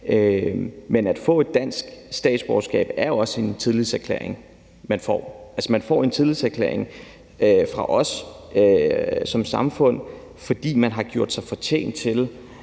Men at få et dansk statsborgerskab er jo også en tillidserklæring. Altså, det er en tillidserklæring fra os som samfund, fordi man har gjort sig fortjent til